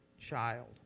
child